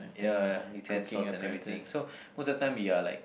ya utensils and everything so most of the time you are like